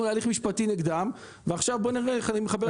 להליך משפטי נגדם ועכשיו נראה איך מחבר.